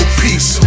peace